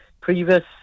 previous